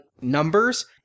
numbers